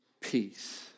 peace